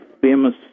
famous